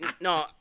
No